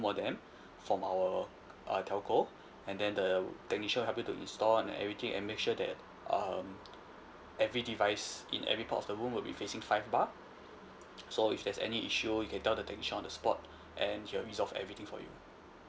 modem from our uh telco and then the technician will help you to install and everything and make sure that um every device in every part of the room will be facing five bar so if there's any issue you can tell the technician on the spot and he'll resolve everything for you